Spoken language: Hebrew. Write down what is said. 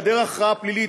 בהיעדר הכרעה פלילית,